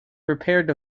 prepared